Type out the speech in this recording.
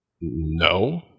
No